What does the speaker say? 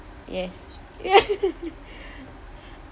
yes